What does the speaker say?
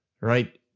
right